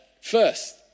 first